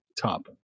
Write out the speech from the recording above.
top